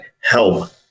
help